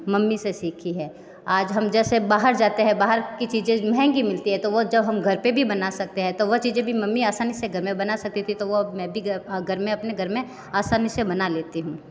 mummy से सीखी है आज हम जैसे बाहर जाते हैं बाहर की चीज़ें महंगी मिलती है तो वह जब हम घर पर भी बना सकते हैं तो वह चीज़ें भी मम्मी आसानी से घर में बना सकती थी तो वो अब मैं भी घर में अपने घर में आसानी से बना लेती हूँ